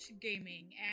gaming